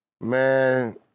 man